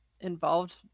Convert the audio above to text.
involved